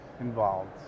involved